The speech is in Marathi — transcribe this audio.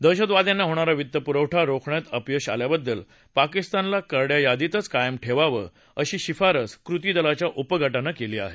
दहशतवाद्यांना होणारा वित्तपुरवठा रोखण्यात अपयश आल्याबद्दल पाकिस्तानला करड्या यादीतच कायम ठेवावं अशी शिफारस्स कृती दलाच्या उपगानं केली आहे